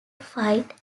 fight